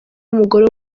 umugore